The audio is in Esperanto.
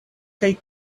kaj